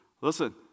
listen